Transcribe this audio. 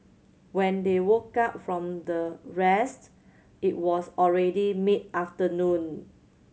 when they woke up from the rest it was already mid afternoon